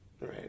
Right